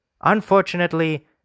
Unfortunately